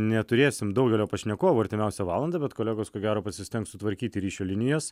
neturėsim daugelio pašnekovų artimiausią valandą bet kolegos ko gero pasistengs sutvarkyti ryšių linijas